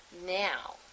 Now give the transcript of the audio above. Now